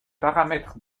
paramètres